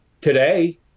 today